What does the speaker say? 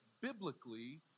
biblically